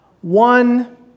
One